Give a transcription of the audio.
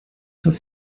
took